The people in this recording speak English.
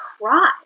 cry